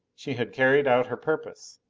she had carried out her purpose!